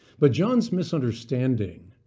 but john's misunderstanding,